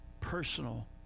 personal